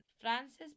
Frances